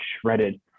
shredded